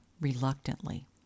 reluctantly